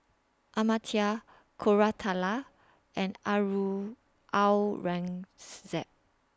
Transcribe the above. Amartya Koratala and Aurangzeb